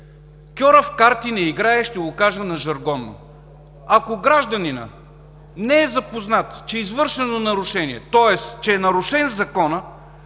„Кьорав карти не играе“ – ще го кажа на жаргон. Ако гражданинът не е запознат, че е извършено нарушение, тоест че е нарушен Законът,